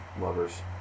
lovers